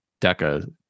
Deca